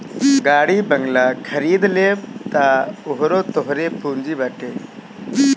गाड़ी बंगला खरीद लेबअ तअ उहो तोहरे पूंजी बाटे